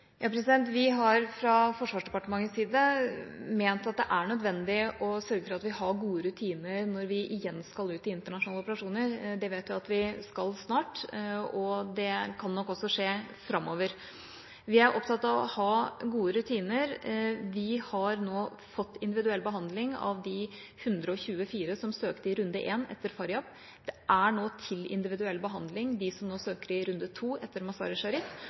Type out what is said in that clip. Vi har fra Forsvarsdepartementets side ment at det er nødvendig å sørge for at vi har gode rutiner når vi igjen skal ut i internasjonale operasjoner – det vet vi at vi snart skal, og det kan nok også skje framover. Vi er opptatt av å ha gode rutiner. Det har nå vært en individuell behandling av de 124 som søkte i runde én etter Faryab. Man har til individuell behandling de som nå søker i runde to etter